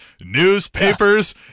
Newspapers